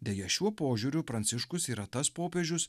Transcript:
deja šiuo požiūriu pranciškus yra tas popiežius